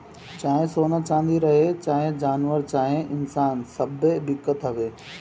चाहे सोना चाँदी रहे, चाहे जानवर चाहे इन्सान सब्बे बिकत हवे